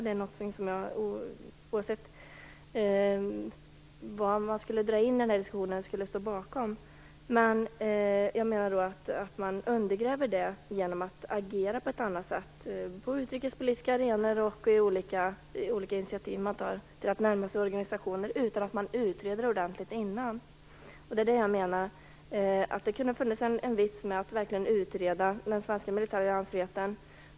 Oavsatt var den här diskussionen tas upp skulle jag stå bakom det. Jag menar dock att man undergräver det genom att agera på ett annat sätt, på utrikespolitiska arenor och i olika initiativ. Man närmar sig organisationer utan att i förväg ordentligt utreda vad det innebär. Jag menar att det kunde vara en vits med att verkligen utreda den svenska militära alliansfriheten.